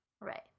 Right